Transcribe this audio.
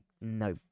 no